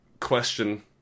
Question